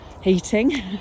heating